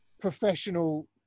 professional